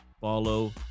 follow